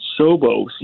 Sobo